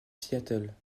seattle